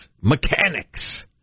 Mechanics